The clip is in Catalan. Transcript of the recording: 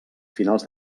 finals